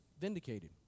vindicated